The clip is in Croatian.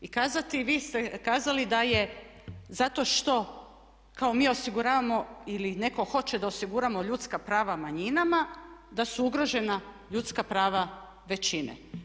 I vi ste kazali da je zato što kao mi osiguravamo ili netko hoće da osiguramo ljudska prava manjinama da su ugrožena ljudska prava većine.